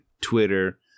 Twitter